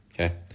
Okay